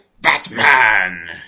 Batman